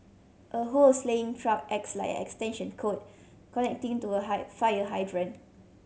a hose laying truck acts like an extension cord connecting to a fire hydrant